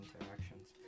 interactions